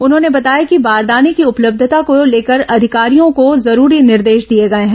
उन्होंने बताया कि बारदाने की उपलब्यता को लेकर अधिकारियों को जरूरी निर्देश दिए गए हैं